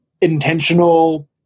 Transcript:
intentional